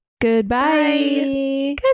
Goodbye